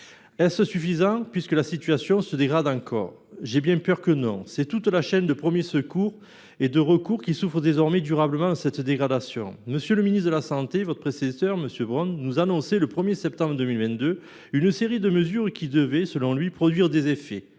Est ce suffisant, puisque la situation se dégrade encore ? J’ai bien peur que non. C’est toute la chaîne des premiers secours et recours qui souffre désormais durablement de cette dégradation. Le précédent ministre de la santé, M. Braun, nous annonçait le 1 septembre 2022 une série de mesures qui devaient, selon lui, produire des effets